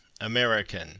American